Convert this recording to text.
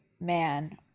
man